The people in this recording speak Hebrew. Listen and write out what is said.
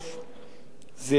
את השלטון המקומי,